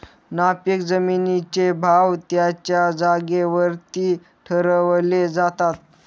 नापीक जमिनींचे भाव त्यांच्या जागेवरती ठरवले जातात